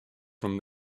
from